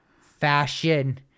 fashion